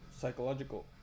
psychological